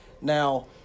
Now